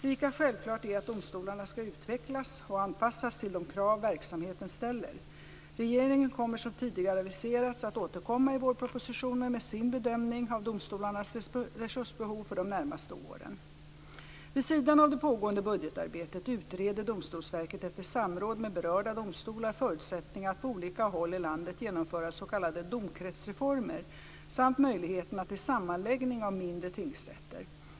Lika självklart är att domstolarna ska utvecklas och anpassas till de krav verksamheten ställer. Regeringen kommer som tidigare aviserats att återkomma i vårpropositionen med sin bedömning av domstolarnas resursbehov för de närmaste åren. Vid sidan av det pågående budgetarbetet utreder Domstolsverket efter samråd med berörda domstolar förutsättningarna att på olika håll i landet genomföra s.k. domkretsreformer samt möjligheterna till sammanläggning av mindre tingsrätter.